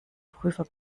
prüfer